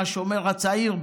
מהשומר הצעיר,